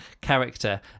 character